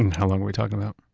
how long are we talking about?